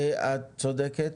את צודקת.